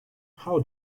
how